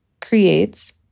creates